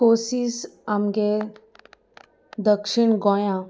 courses आमगे दक्षिण गोंया